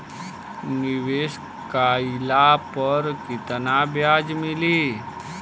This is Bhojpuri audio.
निवेश काइला पर कितना ब्याज मिली?